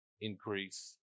increase